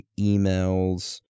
emails